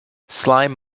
slime